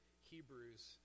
Hebrews